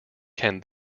can